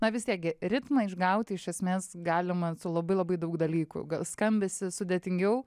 na vis tiek gi ritmą išgauti iš esmės galima su labai labai daug dalykų skambesį sudėtingiau